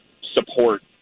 support